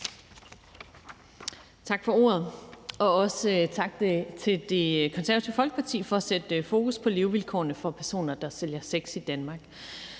Tak for ordet, og også tak til Det Konservative Folkeparti for at sætte fokus på levevilkårene for personer, der sælger sex i Danmark.